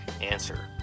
Answer